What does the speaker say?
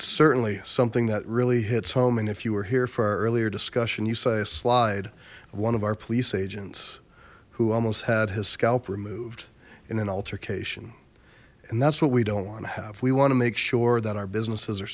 certainly something that really hits home and if you were here for our earlier discussion you saw a slide of one of our police agents who almost had his scalp removed in an altercation and that's what we don't want to have we want to make sure that our businesses are